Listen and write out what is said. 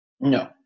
No